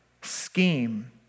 scheme